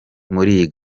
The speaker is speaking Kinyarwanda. iyi